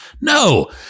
No